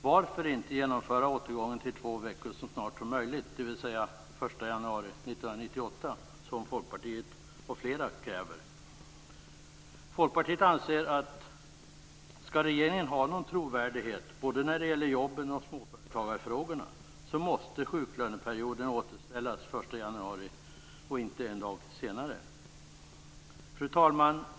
Varför inte genomföra återgången till två veckor så snart som möjligt, dvs. den 1 januari 1998, som Folkpartiet och flera andra kräver? Folkpartiet anser att om regeringen skall ha någon trovärdighet både när det gäller jobben och småföretagarfrågorna måste sjuklöneperioden återställas den 1 januari 1998 och inte en dag senare. Fru talman!